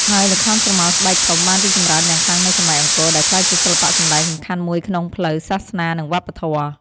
ហើយល្ខោនស្រមោលស្បែកធំ បានរីកចម្រើនយ៉ាងខ្លាំងនៅសម័យអង្គរ ដោយក្លាយជាសិល្បៈសម្តែងសំខាន់មួយក្នុងផ្លូវសាសនា និងវប្បធម៌។